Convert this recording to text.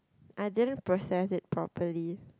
I didn't process it properly